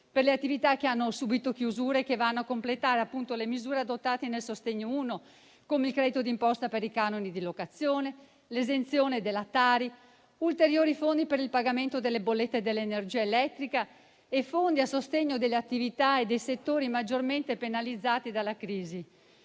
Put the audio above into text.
per le attività che hanno subito chiusure, che vanno a completare le misure adottate nel decreto-legge sostegni, come il credito d'imposta per i canoni di locazione, l'esenzione della Tari, ulteriori fondi per il pagamento delle bollette dell'energia elettrica e fondi a sostegno delle attività e dei settori maggiormente penalizzati dalla crisi.